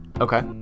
Okay